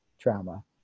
trauma